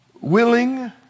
Willing